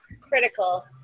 critical